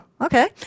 Okay